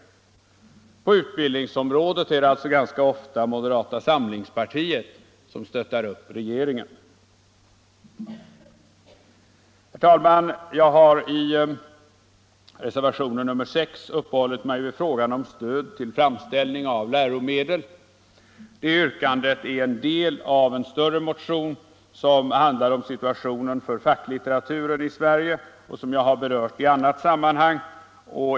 På utbildningsområdet är det alltså ganska ofta moderata samlingspartiet som stöttar upp regeringen. Jag har, herr talman, i reservationen 6 uppehållit mig vid frågan om stöd till framställning av läromedel. Det yrkandet är en del av en större motion, som handlar om situationen för facklitteraturen i Sverige, och jag har berört den i ett annat sammanhang.